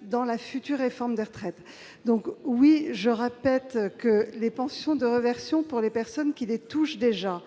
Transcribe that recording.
dans la future réforme des retraites. Je le répète : les pensions de réversion pour les personnes qui les touchent déjà